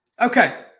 Okay